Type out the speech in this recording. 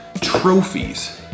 trophies